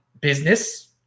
business